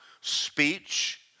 speech